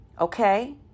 okay